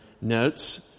notes